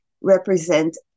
represent